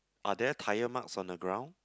are there tire marks on the ground